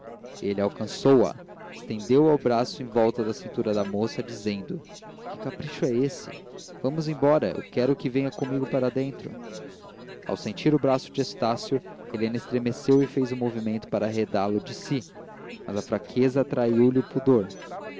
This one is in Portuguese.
comoções ele alcançou a estendeu o braço em volta da cintura da moça dizendo que capricho é esse vamos embora eu quero que venha comigo para dentro ao sentir o braço de estácio helena estremeceu e fez um movimento para arredá lo de si mas a fraqueza traiu lhe o pudor